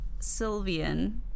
sylvian